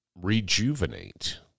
rejuvenate